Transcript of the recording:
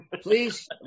please